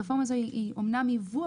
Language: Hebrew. הרפורמה הזאת היא אמנם ביבוא,